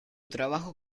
trabajo